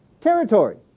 territory